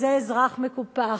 זה אזרח מקופח.